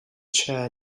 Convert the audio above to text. chair